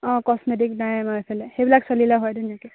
অঁ কচমেটিক নাই আমাৰ এইফালে সেইবিলাক চলিলে হয় ধুনীয়াকৈ